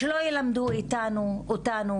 שלא ילמדו אותנו.